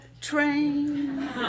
train